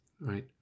Right